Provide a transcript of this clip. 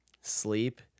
sleep